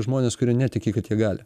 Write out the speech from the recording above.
žmones kurie netiki kad jie gali